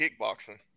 kickboxing